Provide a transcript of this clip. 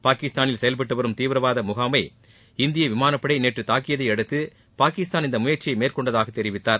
பாகிஸ்தானில் செயல்பட்டு வரும் தீவிரவாத முகாமை இந்திய விமானப் படை நேற்று தாக்கியதை அடுத்து பாகிஸ்தான் இந்த முயற்சியை மேற்கொண்டதாக தெரிவித்தார்